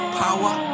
power